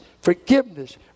Forgiveness